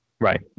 Right